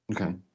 Okay